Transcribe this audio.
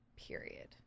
period